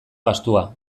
gastua